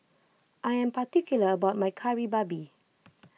I am particular about my Kari Babi